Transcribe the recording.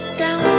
down